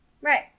right